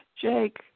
Jake